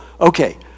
okay